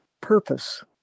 purpose